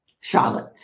Charlotte